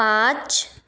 पाँच